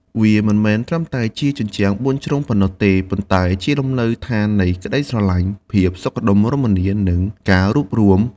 វាមិនមែនត្រឹមតែជាជញ្ជាំងបួនជ្រុងប៉ុណ្ណោះទេ ប៉ុន្តែជាលំនៅដ្ឋាននៃក្ដីស្រឡាញ់ ភាពសុខដុមរមនា និងការរួបរួម។